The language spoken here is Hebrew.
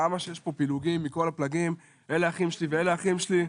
כמה שיש פה פילוגים מכל הפלגים אלה אחים שלי ואלה אחים שלי.